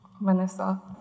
Vanessa